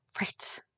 Right